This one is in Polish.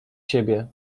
siebie